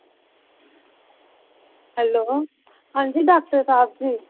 hello आं जी doctor साहब जी